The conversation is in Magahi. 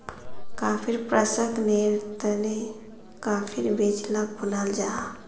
कॉफ़ीर प्रशंकरनेर तने काफिर बीज लाक भुनाल जाहा